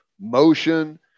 motion